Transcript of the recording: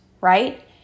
right